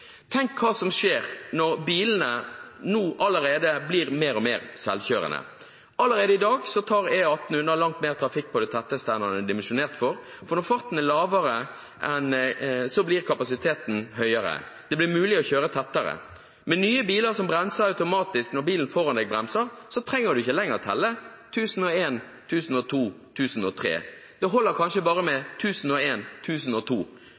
Tenk hva som skjer når bilene allerede nå blir mer og mer selvkjørende. Allerede i dag tar E18 unna langt mer trafikk på det tetteste enn den er dimensjonert for. For når farten er lavere, blir kapasiteten høyere. Det blir mulig å kjøre tettere. Med nye biler som bremser automatisk når bilen foran deg bremser, trenger du ikke lenger telle 1001, 1002, 1003. Det holder kanskje bare med 1001, 1002.